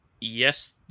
yes